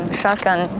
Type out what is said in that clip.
shotgun